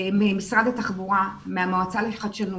ממשרד התחבורה, מהמועצה לחדשנות.